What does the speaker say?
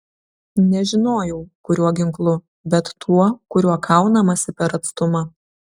nežinojau kuriuo ginklu bet tuo kuriuo kaunamasi per atstumą